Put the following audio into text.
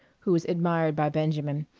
who was admired by benjamin.